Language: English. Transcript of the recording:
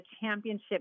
championship